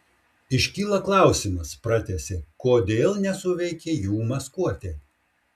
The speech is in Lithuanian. iškyla klausimas pratęsė kodėl nesuveikė jų maskuotė